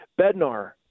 Bednar